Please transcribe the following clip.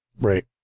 right